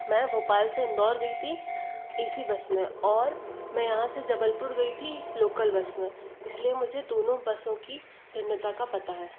मैं भोपाल से इंदौर गई थी ए सी बस में और मैं यहाँ से जबलपुर गई थी लोकल बस में इसलिए मुझे दोनों बसों की भिन्नता का पता है